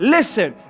Listen